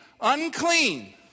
unclean